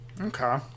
Okay